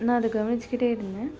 நான் அதை கவனித்துக்கிட்டே இருந்தேன்